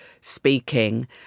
speaking